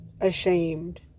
ashamed